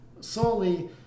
solely